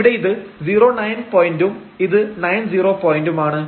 ഇവിടെ ഇത് 09 പോയന്റും ഇത് 90 പോയന്റുമാണ്